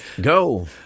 go